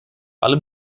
allem